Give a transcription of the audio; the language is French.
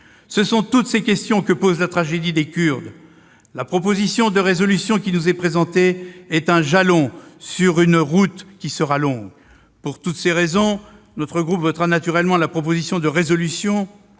Ce sont toutes ces questions que pose la tragédie des Kurdes. La proposition de résolution qui nous est présentée est un jalon sur une route qui sera longue. Pour toutes ces raisons, notre groupe votera naturellement la proposition de résolution